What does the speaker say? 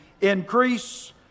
increase